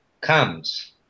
comes